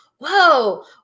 whoa